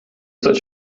such